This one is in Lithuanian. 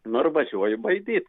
nu ir važiuoju baidyt